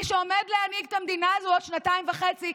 מי שעומד להנהיג את המדינה הזאת בעוד שנתיים וחצי,